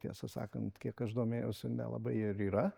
tiesą sakant kiek aš domėjausi nelabai ir yra